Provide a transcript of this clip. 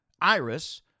iris